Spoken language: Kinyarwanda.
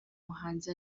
muhanzi